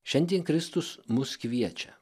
šiandien kristus mus kviečia